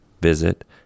visit